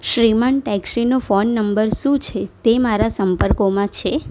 શ્રીમાન ટેક્સીનો phone number શું છે તે મારાં સંપર્કોમાં છે